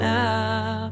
now